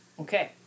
Okay